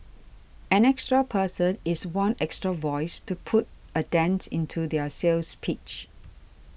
an extra person is one extra voice to put a dent into their sales pitch